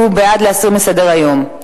הוא בעד להסיר מסדר-היום.